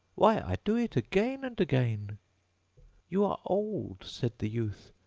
why, i do it again and again you are old said the youth,